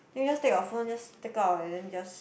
then you just take your phone just take out and then just